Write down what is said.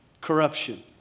Corruption